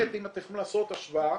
ב' אם אתם יכולים לעשות השוואה